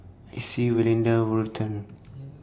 Icey Valinda Burton